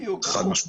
חד משמעית.